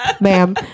ma'am